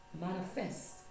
manifest